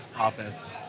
offense